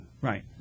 Right